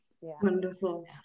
Wonderful